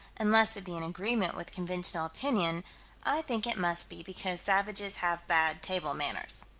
unless it be in agreement with conventional opinion i think it must be because savages have bad table manners.